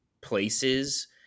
places